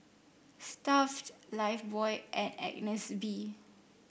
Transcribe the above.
Stuff'd Lifebuoy and Agnes B